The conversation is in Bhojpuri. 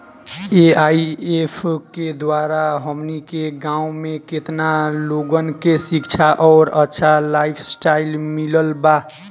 ए.आई.ऐफ के द्वारा हमनी के गांव में केतना लोगन के शिक्षा और अच्छा लाइफस्टाइल मिलल बा